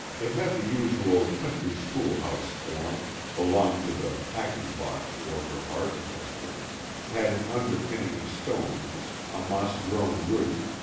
it had the usual country schoolhouse form belonged to the packing-box order of architecture had an underpinning of stones, a moss-grown roof,